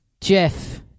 Jeff